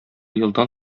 елдан